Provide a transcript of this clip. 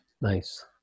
Nice